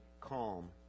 calm